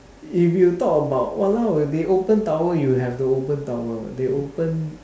if you talk about !walao! when they open tower you have to open tower they open